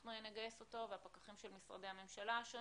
שאנחנו נגייס אותו והפקחים של משרדי הממשלה השונים.